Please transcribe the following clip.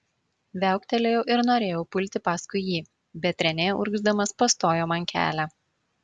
viauktelėjau ir norėjau pulti paskui jį bet renė urgzdamas pastojo man kelią